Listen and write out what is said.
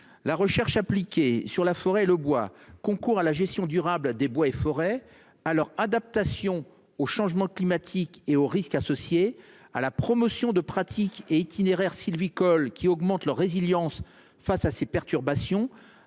La recherche appliquée sur la forêt et le bois concourt à la gestion durable des bois et forêts, à leur adaptation au changement climatique et aux risques associés, à la promotion de pratiques et itinéraires sylvicoles qui augmentent leur résilience face à ces perturbations,